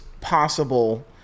possible